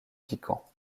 piquants